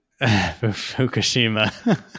Fukushima